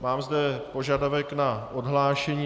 Mám zde požadavek na odhlášení.